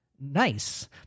nice